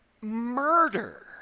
murder